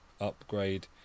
upgrade